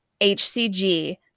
HCG